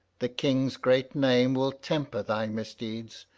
the king's great name will temper thy misdeeds,